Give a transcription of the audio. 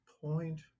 point